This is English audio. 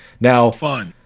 Now